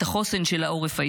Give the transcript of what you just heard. את החוסן של העורף הישראלי.